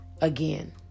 again